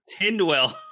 Tindwell